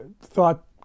Thought